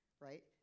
right